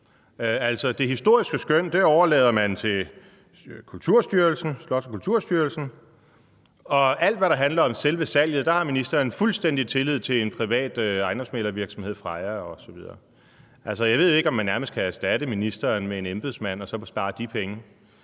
det historiske skøn overlader man til Slots- og Kulturstyrelsen, og i forhold til alt, hvad der handler om selve salget, har ministeren fuldstændig tillid til en privat ejendomsmæglervirksomhed, Freja osv. Jeg ved ikke, om man nærmest kan erstatte ministeren med en embedsmand og så spare de penge.